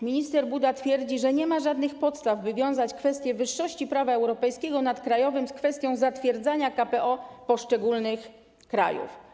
Minister Buda twierdzi, że ma żadnych podstaw, by wiązać kwestię wyższości prawa europejskiego nad krajowym z kwestią zatwierdzania KPO poszczególnych krajów.